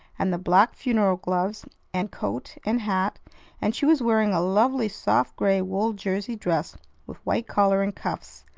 and the black funeral gloves and coat and hat and she was wearing a lovely soft gray wool jersey dress with white collar and cuffs.